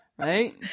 right